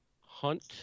Hunt